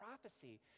prophecy